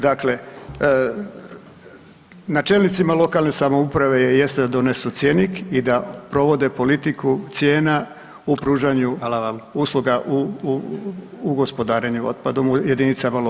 Dakle, na čelnicima lokalne samouprave jeste da donesu cjenik i da provode politiku cijena u pružanju usluga u, u, u gospodarenju otpadom u JLS.